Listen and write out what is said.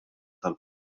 tal